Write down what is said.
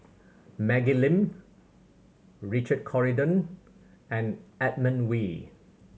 Maggie Lim Richard Corridon and Edmund Wee